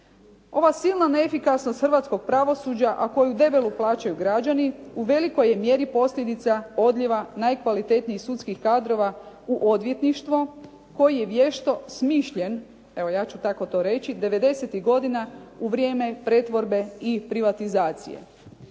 Ova silna neefikasnost hrvatskog pravosuđa a koju debelo plaćaju građani u velikoj je mjeri posljedica odljeva najkvalitetnijih sudskih kadrova u odvjetništvo koji je vješto smišljen, evo ja ću to tako reći '90.- ih godina u vrijeme pretvorbe i privatizacije.